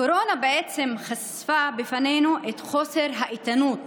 הקורונה בעצם חשפה בפנינו את חוסר האיתנות